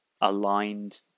aligned